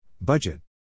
Budget